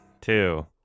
two